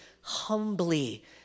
humbly